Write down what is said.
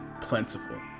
plentiful